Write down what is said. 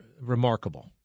remarkable